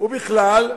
ובכלל,